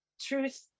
truth